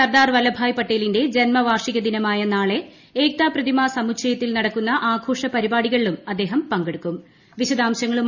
സർദാർ വല്ലഭായ് പട്ടേലിന്റെ ജന്മവാർഷിക ദിനമായ നാളെ ഏകതാ പ്രതിമ സമുച്ചയത്തിൽ നടക്കുന്ന ആഘോഷ പരിപാടികളിലും അദ്ദേഹം പങ്കെടുക്കും